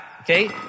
Okay